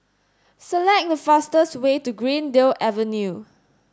select the fastest's way to Greendale Avenue